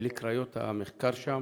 בלי קריות המחקר שם,